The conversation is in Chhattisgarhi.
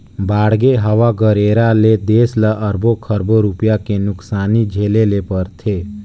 बाड़गे, हवा गरेरा ले देस ल अरबो खरबो रूपिया के नुकसानी झेले ले परथे